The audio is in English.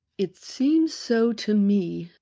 it seems so to me,